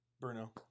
Bruno